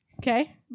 okay